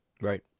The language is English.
Right